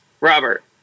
Robert